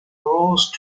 rose